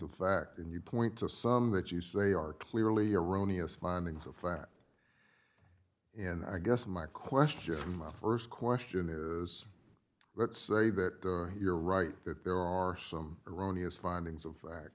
and you point to some that you say are clearly erroneous findings of fact in i guess my question my first question is let's say that you're right that there are some erroneous findings of fact